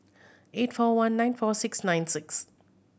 eight four one nine four six nine six